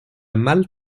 mal